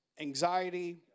anxiety